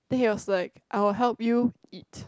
then he was like I will help you eat